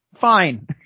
fine